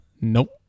Nope